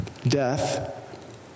Death